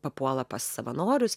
papuola pas savanorius